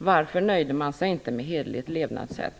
Varför nöjde man sig inte med "hederligt levnadssätt"?